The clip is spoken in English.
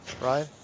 right